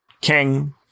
king